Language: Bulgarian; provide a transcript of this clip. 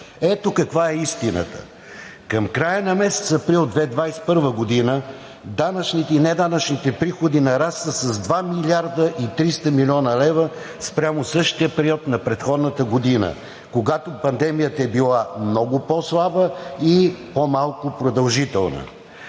Ето каква е истината. Към края на месец април 2021 г. данъчните и неданъчните приходи нарастват с 2 млрд. 300 млн. лв. спрямо същия период на предходната година, когато пандемията е била много по-слаба и по-малко продължителна.